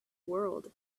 world